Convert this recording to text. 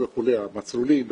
המסלולים וכו'